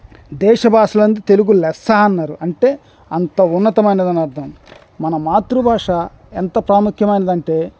దేశభాషలందు తెలుగు లెస్స అన్నారు అంటే అంత ఉన్నతమైనదని అర్థం మన మాతృభాష ఎంత ప్రాముఖ్యమైనది అంటే